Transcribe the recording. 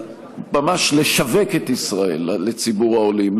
ממש לשווק את ישראל לציבור העולים,